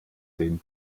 den